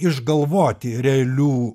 išgalvoti realių